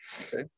okay